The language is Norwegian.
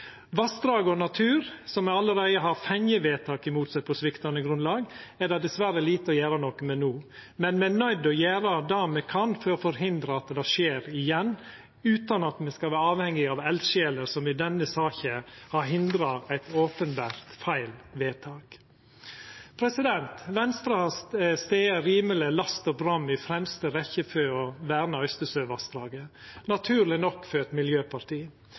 Vassdrag og natur som allereie har fått vedtak mot seg på sviktande grunnlag, er det dessverre lite å gjera noko med no, men me er nøydde til å gjera det me kan for å forhindra at det skjer igjen, utan at me skal vera avhengige av eldsjeler, som i denne saka har hindra eit openbert feil vedtak. Venstre har stått rimeleg last og brast i fremste rekke for Øystesevassdraget, naturleg nok for eit miljøparti.